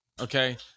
Okay